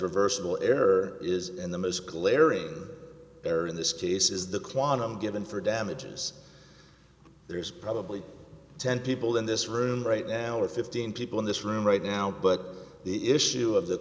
reversible error is the most glaring error in this case is the quantum given for damages there is probably ten people in this room right now or fifteen people in this room right now but the issue of the